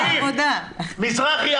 מזרחי,